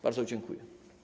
Bardzo dziękuję.